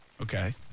Okay